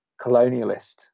colonialist